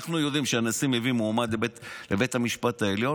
אנחנו יודעים שאם הנשיא מביא מועמד לבית המשפט העליון,